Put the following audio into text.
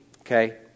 okay